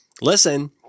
listen